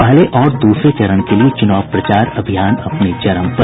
पहले और दूसरे चरण के लिए चुनाव प्रचार अभियान अपने चरम पर